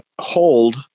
hold